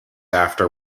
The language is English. after